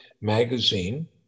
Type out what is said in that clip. Magazine